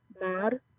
bad